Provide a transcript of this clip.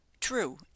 true